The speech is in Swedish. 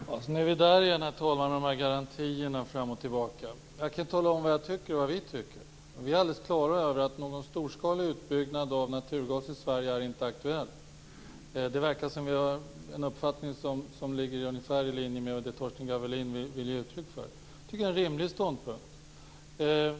Herr talman! Nu är vi återigen framme vid garantier fram och tillbaka. Jag kan tala om vad jag och vi tycker. Vi är alldeles klara över att någon storskalig utbyggnad av naturgas i Sverige inte är aktuell. Det verkar som om vi har en uppfattning som ligger ungefär i linje med det som Torsten Gavelin nu vill ge uttryck för. Jag tycker att det är en rimlig ståndpunkt.